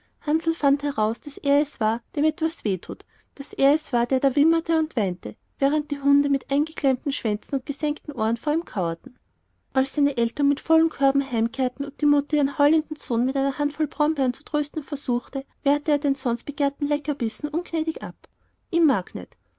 fand heraus daß er es war dem etwas weh tat daß er es war der da wimmerte und weinte während die hunde mit eingeklemmten schwänzen und gesenkten ohren vor ihm kauerten als seine eltern mit vollen körben heimkehrten und die mutter ihren heulenden sohn mit einer handvoll brombeeren zu trösten versuchte wehrte er den sonst begehrten leckerbissen ungnädig ab i